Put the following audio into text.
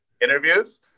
interviews